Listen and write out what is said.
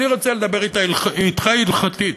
אני רוצה לדבר אתך הלכתית,